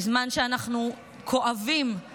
בזמן שאנחנו כואבים את